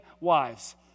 wives